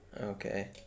Okay